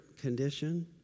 condition